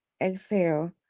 Exhale